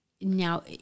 now